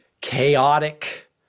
chaotic